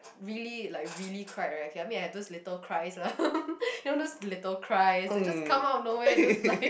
really like really cried right okay I mean I have those little cries lah you know those little cries they just come out of nowhere just like